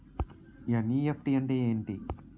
NEFT అంటే ఎంటి?